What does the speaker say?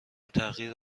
تغییر